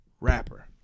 rapper